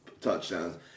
touchdowns